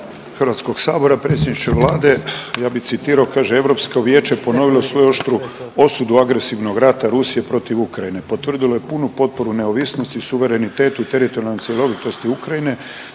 Hrvatskog sabora, predsjedniče Vlade. Ja bih citirao, kaže Europsko vijeće je ponovilo svoju oštru osudu agresivnog rata Rusije protiv Ukrajine. Potvrdilo je punu potporu neovisnosti, suverenitetu, teritorijalnoj cjelovitosti Ukrajine,